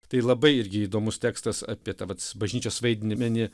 tai labai irgi įdomus tekstas apie tą vat bažnyčios vaidmenį